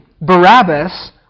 Barabbas